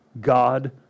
God